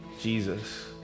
Jesus